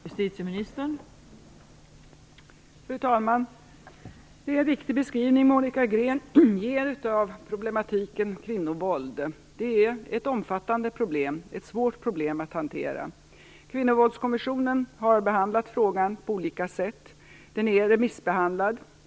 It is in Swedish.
Fru talman! Det är en riktig beskrivning som Monica Green ger av problematiken kvinnovåld. Det är ett omfattande och svårt problem att hantera. Kvinnovåldskommissionen har behandlat frågan på olika sätt, och det har skett en remissbehandling.